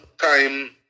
time